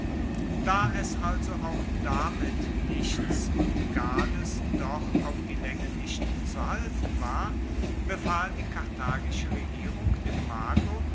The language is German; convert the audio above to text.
da es also auch damit nichts und gades doch auf die laenge nicht zu halten war befahl die karthagische regierung dem mago